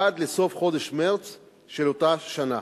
עד לסוף חודש מרס של אותה שנה.